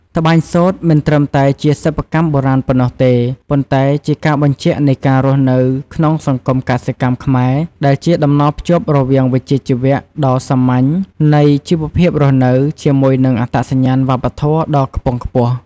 ត្បាញសូត្រមិនត្រឹមតែជាសិប្បកម្មបុរាណប៉ុណ្ណោះទេ ប៉ុន្តែជាការបញ្ជាក់នៃការរស់នៅក្នុងសង្គមកសិកម្មខ្មែរ ដែលជាតំណភ្ជាប់រវាងវិជ្ជាជីវៈ ដ៏សាមញ្ញនៃជីវភាពរស់នៅ ជាមួយនឹងអត្តសញ្ញាណវប្បធម៌ដ៏ខ្ពង់ខ្ពស់។